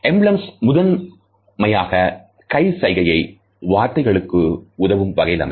emblems முதன்மையாக கை சைகைகளை வார்த்தைகளுக்கு உதவும் வகையில் அமையும்